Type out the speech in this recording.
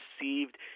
received